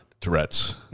Tourette's